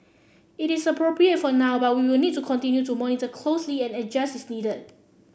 it is appropriate for now but we will need to continue to monitor closely and adjust as needed